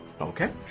Okay